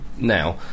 now